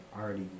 already